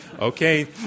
Okay